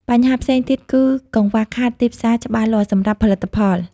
បញ្ហាផ្សេងទៀតគឺកង្វះខាតទីផ្សារច្បាស់លាស់សម្រាប់ផលិតផល។